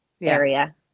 area